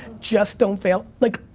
just don't fail, like,